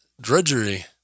drudgery